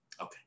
Okay